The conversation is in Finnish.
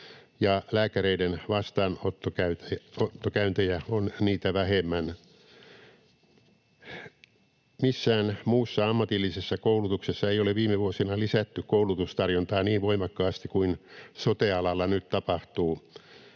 ja lääkäreiden vastaanottokäyntejä on niitä vähemmän. Missään muussa ammatillisessa koulutuksessa ei ole viime vuosina lisätty koulutustarjontaa niin voimakkaasti kuin sote-alalla nyt tapahtuu.